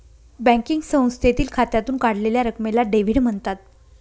banking संस्थेतील खात्यातून काढलेल्या रकमेला डेव्हिड म्हणतात